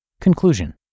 Conclusion